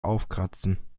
aufkratzen